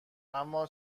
اما